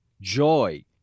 joy